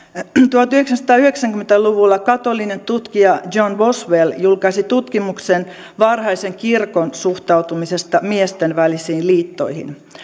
tuhatyhdeksänsataayhdeksänkymmentä luvulla katolinen tutkija john boswell julkaisi tutkimuksen varhaisen kirkon suhtautumisesta miesten välisiin liittoihin